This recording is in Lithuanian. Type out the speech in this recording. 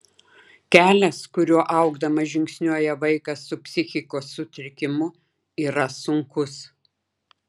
kelias kuriuo augdamas žingsniuoja vaikas su psichikos sutrikimu yra sunkus